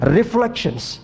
reflections